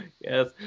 Yes